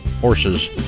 horses